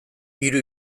hiru